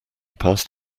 passed